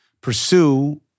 Pursue